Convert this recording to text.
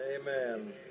Amen